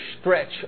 stretch